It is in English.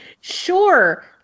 Sure